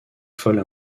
folle